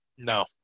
No